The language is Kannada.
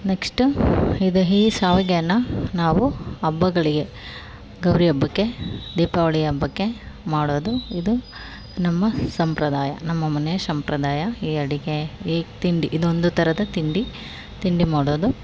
ನೆಕ್ಸ್ಟು ಇದು ಈ ಶಾವ್ಗೆಯನ್ನು ನಾವು ಹಬ್ಬಗಳಿಗೆ ಗೌರಿ ಹಬ್ಬಕ್ಕೆ ದೀಪಾವಳಿ ಹಬ್ಬಕ್ಕೆ ಮಾಡುವುದು ಇದು ನಮ್ಮ ಸಂಪ್ರದಾಯ ನಮ್ಮ ಮನೆ ಸಂಪ್ರದಾಯ ಈ ಅಡುಗೆ ಈ ತಿಂಡಿ ಇದು ಒಂದು ಥರದ ತಿಂಡಿ ತಿಂಡಿ ಮಾಡೋದು